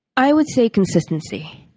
i would say consistency.